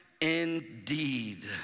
indeed